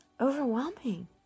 overwhelming